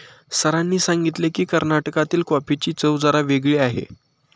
सरांनी सांगितले की, कर्नाटकातील कॉफीची चव जरा वेगळी आहे